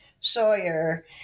Sawyer